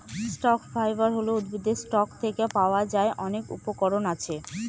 stock fibre হল উদ্ভিদের stock থেকে পাওয়া যার অনেক উপকরণ আছে